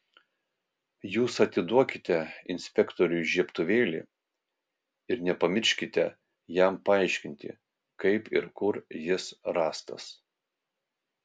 jūs atiduokite inspektoriui žiebtuvėlį ir nepamirškite jam paaiškinti kaip ir kur jis rastas